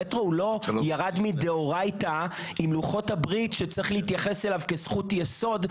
המטרו לא ירד מדאורייתא עם לוחות הברית שצריך להתייחס אליו כזכות יסוד,